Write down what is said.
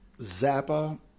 Zappa